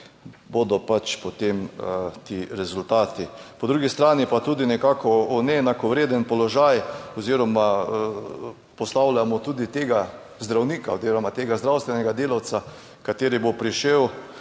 bodo pač potem ti rezultati. Po drugi strani pa tudi nekako v neenakovreden položaj oziroma postavljamo tudi tega zdravnika oziroma tega zdravstvenega delavca, kateri bo prišel